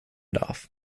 darf